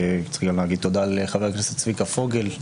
צריך גם להגיד תודה לחבר הכנסת צביקה פוגל,